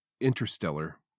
Interstellar